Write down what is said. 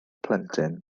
plentyn